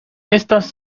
estas